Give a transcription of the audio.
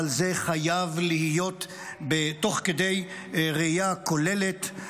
אבל זה חייב להיות תוך כדי ראייה כוללת,